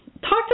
Talked